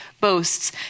boasts